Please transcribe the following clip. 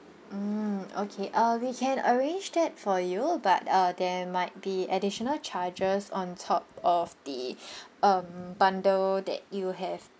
mm okay uh we can arrange that for you but uh there might be additional charges on top of the um bundle that you have